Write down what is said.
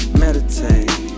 meditate